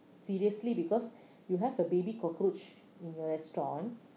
seriously because you have a baby cockroach in your restaurant